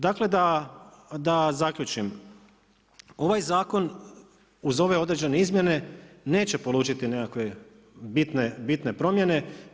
Dakle da zaključim, ovaj zakon uz ove određene izmjene neće polučiti nekakve bitne promjene.